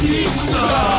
Pizza